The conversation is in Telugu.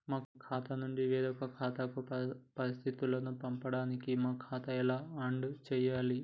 మా ఖాతా నుంచి వేరొక ఖాతాకు పరిస్థితులను పంపడానికి మా ఖాతా ఎలా ఆడ్ చేయాలి?